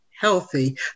healthy